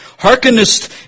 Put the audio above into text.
Hearkenest